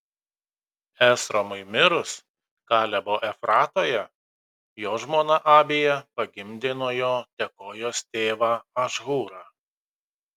esromui mirus kalebo efratoje jo žmona abija pagimdė nuo jo tekojos tėvą ašhūrą